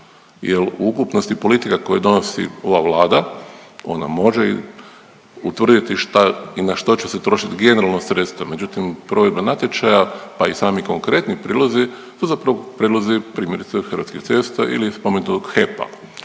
jel u ukupnosti politika koje donosi ova Vlada ona može utvrditi šta i na što će se trošit generalno sredstva, međutim provedba natječaja, pa i sami konkretni prijedlozi su zapravo prijedlozi primjerice Hrvatskih cesta ili spomenutog HEP-a.